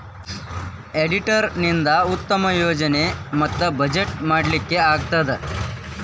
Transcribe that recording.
auditor ನಿಂದಾ ಉತ್ತಮ ಯೋಜನೆ ಮತ್ತ ಬಜೆಟ್ ಮಾಡ್ಲಿಕ್ಕೆ ಆಗ್ತದ